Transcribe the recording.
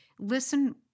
listen